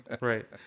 Right